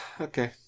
Okay